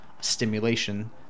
Stimulation